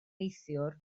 neithiwr